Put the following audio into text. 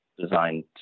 designed